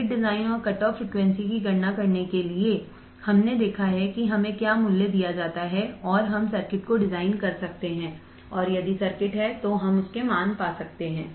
circuit design और cutoff frequency की गणना करने के लिए हमने देखा है कि हमें क्या मूल्य दिया जाता है और हम सर्किट को डिजाइन कर सकते हैं और यदि सर्किट है तो हम मान पा सकते हैं